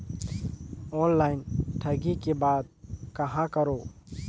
Online ठगी के बाद कहां करों?